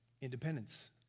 independence